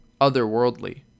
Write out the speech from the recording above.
otherworldly